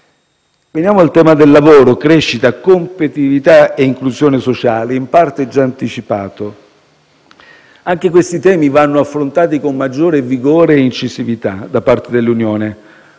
Veniamo ai temi del lavoro, della crescita, della competitività e dell'inclusione sociale, in parte già anticipati. Anche questi temi vanno affrontati con maggiore vigore e incisività da parte dell'Unione.